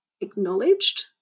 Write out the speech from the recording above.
acknowledged